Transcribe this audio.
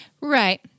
Right